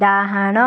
ଡାହାଣ